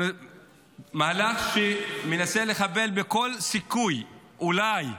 מהלך שמנסה לחבל בכל סיכוי, אולי,